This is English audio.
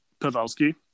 pavelski